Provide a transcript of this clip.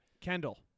kendall